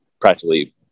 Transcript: practically